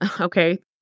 Okay